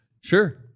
Sure